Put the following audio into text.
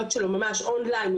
לראות אם היום הפקידו לו,